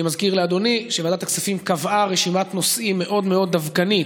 אני מזכיר לאדוני שוועדת הכספים קבעה רשימת נושאים מאוד מאוד דווקנית,